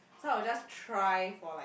so I would just try for like